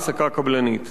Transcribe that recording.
העסקה קבלנית.